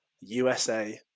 USA